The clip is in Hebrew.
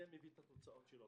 זה מביא את התוצאות שלו.